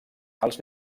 als